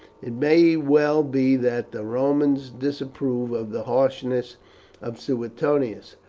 it may well be that the romans disapprove of the harshness of suetonius,